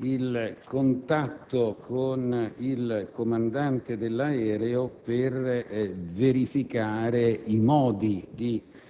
il contatto con il comandante dell'aereo per verificare le modalità